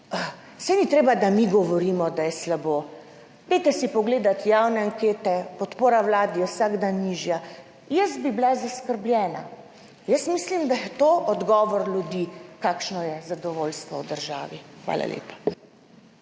saj ni treba, da mi govorimo, da je slabo, poglejte si javne ankete, podpora vladi je vsak dan nižja. Jaz bi bila zaskrbljena. Jaz mislim, da je to odgovor ljudi, kakšno je zadovoljstvo v državi. Hvala lepa.